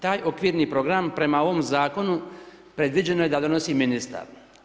Taj okvirni program prema ovom zakonu predviđeno je da donosi ministar.